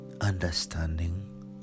understanding